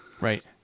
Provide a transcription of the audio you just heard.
right